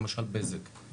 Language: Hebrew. למשל בזק,